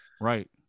right